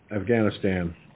Afghanistan